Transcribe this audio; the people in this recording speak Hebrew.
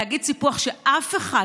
להגיד "סיפוח" כשאף אחד,